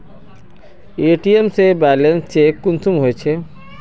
ATM से balance check कुंसम होचे?